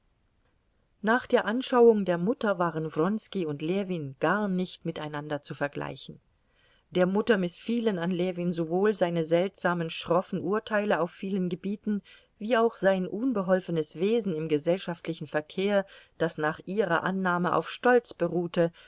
nach der anschauung der mutter waren wronski und ljewin gar nicht miteinander zu vergleichen der mutter mißfielen an ljewin sowohl seine seltsamen schroffen urteile auf vielen gebieten wie auch sein unbeholfenes wesen im gesellschaftlichen verkehr das nach ihrer annahme auf stolz beruhte